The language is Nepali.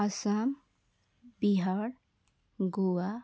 आसाम बिहार गुवा